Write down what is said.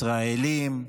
ישראלים.